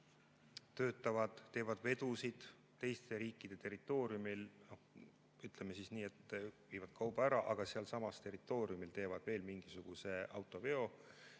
töötavad, teevad vedusid teiste riikide territooriumil, ütleme nii, et viivad kauba ära, aga sealsamas territooriumil teevad veel mingisuguse autoveo,